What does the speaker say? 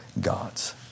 gods